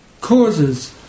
causes